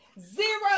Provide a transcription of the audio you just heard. Zero